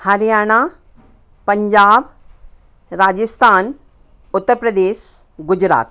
Haryana Punjab Rajasthan Uttar Pradesh Gujarat